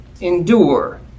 endure